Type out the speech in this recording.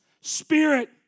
spirit